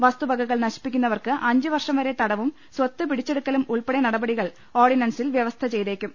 വസ്തുവകകൾ നശിപ്പിക്കു ന്നവർക്ക് അഞ്ച് വർഷം വരെ തടവും സ്വത്ത് പിടിച്ചെ ടുക്കലും ഉൾപ്പെടെ നടപടികൾ ഓർഡിനൻസിൽ വ്യവസ്ഥ ചെയ്തേക്കും